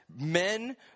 men